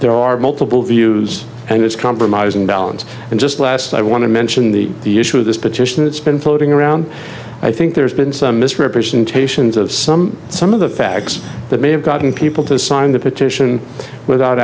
there are multiple views and it's compromise and balance and just last i want to mention the the issue of this petition it's been floating around i think there's been some misrepresentations of some some of the fact that may have gotten people to sign the petition without